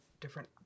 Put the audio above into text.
different